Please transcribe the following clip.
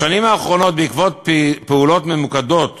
בשנים האחרונות, בעקבות פעולות ממוקדות